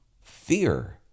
fear